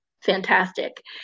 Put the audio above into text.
fantastic